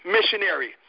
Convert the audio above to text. missionary